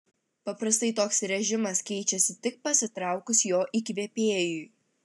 paprastai toks režimas keičiasi tik pasitraukus jo įkvėpėjui